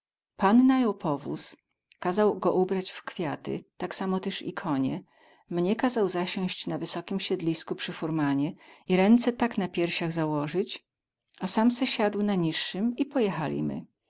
powóz kazał go ubrać w kwiaty tak samo tyz i konie mnie kazał siąść na wysokim siedlisku przy furmanie i ręce tak na piersiach załozyć a sam se siadł na nizsym i pojechalimy